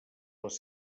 les